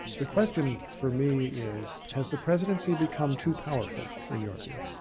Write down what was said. the question for me is has the presidency become too powerful in your view?